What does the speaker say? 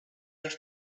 have